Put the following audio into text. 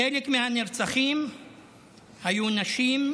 חלק מהנרצחים היו נשים,